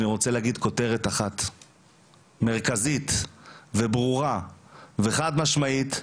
אני רוצה להגיד כותרת אחת מרכזית וברורה וחד משמעית,